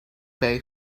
pay